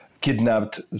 kidnapped